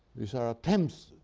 these are attempts,